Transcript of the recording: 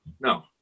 No